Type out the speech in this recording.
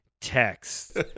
text